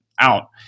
out